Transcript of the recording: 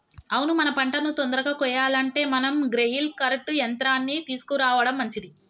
అవును మన పంటను తొందరగా కొయ్యాలంటే మనం గ్రెయిల్ కర్ట్ యంత్రాన్ని తీసుకురావడం మంచిది